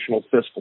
fiscal